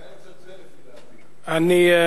לומר להם: תראו, תעשו אחת, שתיים, שלוש, ארבע.